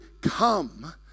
come